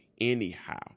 anyhow